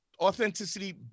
authenticity